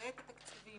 ואת התקציבים